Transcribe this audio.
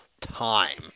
time